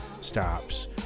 stops